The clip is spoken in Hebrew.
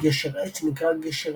גשר עץ שנקרא גשר